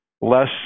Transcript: less